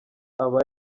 aba